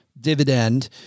dividend